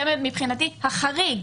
זה מבחינתי החריג,